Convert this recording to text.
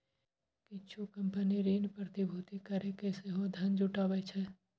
किछु कंपनी ऋण प्रतिभूति कैरके सेहो धन जुटाबै छै